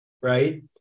right